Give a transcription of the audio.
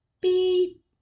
beep